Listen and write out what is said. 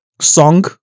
song